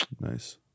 nice